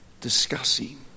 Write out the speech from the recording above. discussing